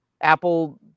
Apple